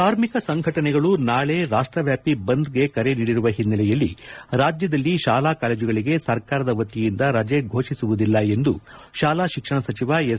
ಕಾರ್ಮಿಕ ಸಂಘಟನೆಗಳು ನಾಳೆ ರಾಷ್ಟ ವ್ಯಾಪ್ತಿ ಬಂದ್ಗೆ ಕರೆ ನೀಡಿರುವ ಹಿನ್ನೆಲೆಯಲ್ಲಿ ರಾಜ್ಯದಲ್ಲಿ ತಾಲಾ ಕಾಲೇಜುಗಳಿಗೆ ಸರ್ಕಾರದ ವತಿಯಿಂದ ರಜೆ ಫೋಷಿಸುವುದಿಲ್ಲ ಎಂದು ಶಾಲಾ ಶಿಕ್ಷಣ ಸಚಿವ ಎಸ್